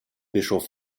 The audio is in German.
bischof